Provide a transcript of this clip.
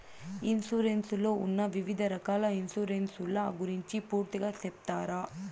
Insurance లో ఉన్న వివిధ రకాల ఇన్సూరెన్సు ల గురించి పూర్తిగా సెప్తారా?